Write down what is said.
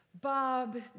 Bob